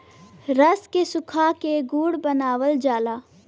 रस के सुखा क गुड़ बनावल जाला